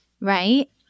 Right